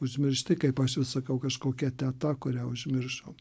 užmiršti kaip aš ir sakau kažkokia teta kurią užmiršom